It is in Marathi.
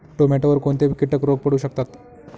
टोमॅटोवर कोणते किटक रोग पडू शकतात?